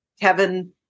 Kevin